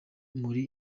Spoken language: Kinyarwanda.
muri